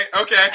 okay